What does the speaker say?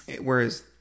Whereas